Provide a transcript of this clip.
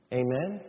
amen